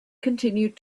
continued